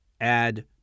add